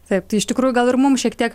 taip tai iš tikrųjų gal ir mums šiek tiek